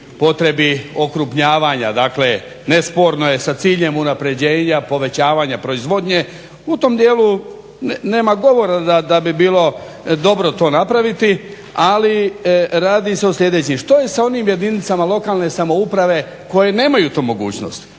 potrebi okrupnjavanja, dakle nesporno je s ciljem unapređenja povećavanja proizvodnje u tom dijelu nema govora da bi bilo dobro to napraviti ali radi se o sljedećim. Što je sa onim jedinicama lokalne samouprave koje nemaju tu mogućnost.